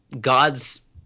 God's